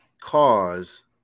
cause